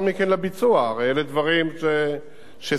הרי אלה דברים שסיכמנו אותם